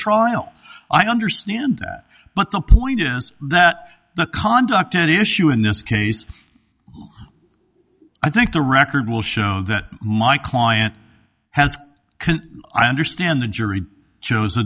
trial i understand that but the point is that the conduct an issue in this case i think the record will show that my client has i understand the jury chose a